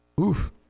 Oof